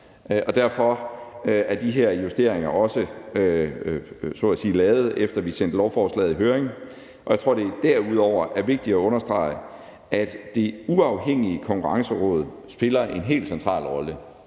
og derfor er de her justeringer også så at sige lavet, efter vi sendte lovforslaget i høring. Jeg tror, at det derudover er vigtigt at understrege, at det uafhængige Konkurrenceråd spiller en helt central rolle,